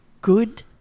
good